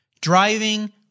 driving